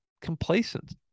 complacent